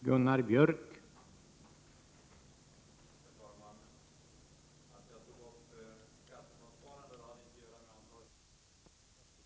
Herr talman!